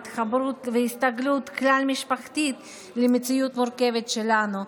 התחברות והסתגלות כלל-משפחתית למציאות המורכבת שלנו,